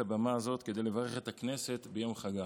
הבמה הזאת כדי לברך את הכנסת ביום חגה.